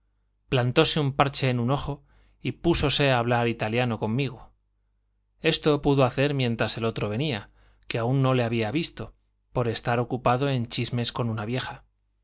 plantóse un parche en un ojo y púsose a hablar italiano conmigo esto pudo hacer mientras el otro venía que aún no le había visto por estar ocupado en chismes con una vieja